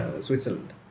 Switzerland